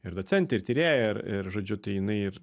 ir docentė ir tyrėja ir ir žodžiu tai jinai ir